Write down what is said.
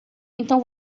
então